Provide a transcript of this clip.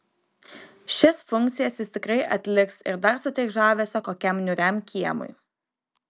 šias funkcijas jis tikrai atliks ir dar suteiks žavesio kokiam niūriam kiemui